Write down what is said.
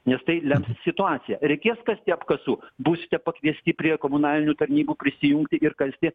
nes tai lems situacija reikės kasti apkasų būsite pakviesti prie komunalinių tarnybų prisijungti ir kasti